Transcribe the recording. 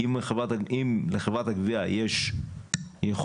ו שהרשויות האחרות משתמשות ושמנמיכים את עמדתם